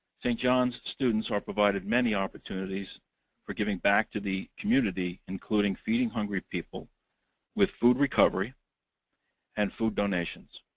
st. john's students are provided many opportunities for giving back to the community, including feeding hungry people with food recovery and food donations.